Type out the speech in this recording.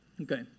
Okay